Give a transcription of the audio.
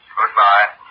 Goodbye